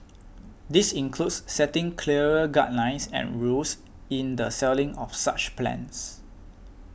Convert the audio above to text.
this includes setting clearer guidelines and rules in the selling of such plans